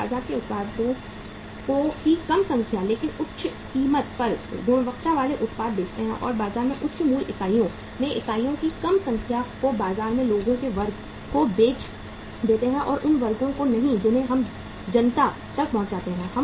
हम बाजार में उत्पादों की कम संख्या लेकिन उच्च कीमत पर गुणवत्ता वाले उत्पाद बेचते हैं और बाजार में उच्च मूल्य इकाइयों में इकाइयों की कम संख्या को बाजार में लोगों के वर्ग को बेच देते हैं या उन वर्गों को नहीं जिन्हें हम जनता तक पहुंचाते हैं